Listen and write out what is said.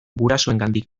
gurasoengandik